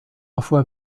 parfois